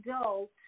adult